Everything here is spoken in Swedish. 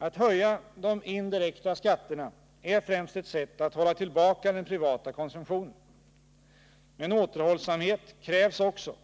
Att höja de indirekta skatterna är främst ett sätt att hålla tillbaka den privata konsumtionen. Men återhållsamhet krävs också